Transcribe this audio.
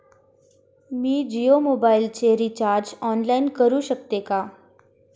मी जियो मोबाइलचे recharge online करू शकते का?